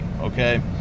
Okay